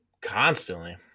constantly